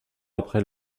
après